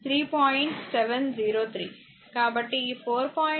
కాబట్టి ఈ 4